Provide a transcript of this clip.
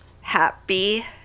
Happy